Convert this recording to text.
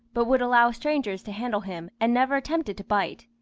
but would allow strangers to handle him, and never attempted to bite.